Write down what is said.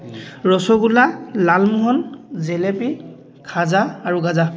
ৰসগোল্লা লালমোহন জেলেপী খাজা আৰু গাজা